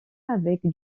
avec